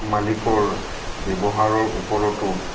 মালিকৰ ব্যৱহাৰৰ ওপৰতো